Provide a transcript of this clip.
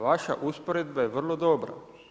Vaša usporedba je vrlo dobra.